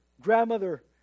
grandmother